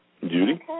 Judy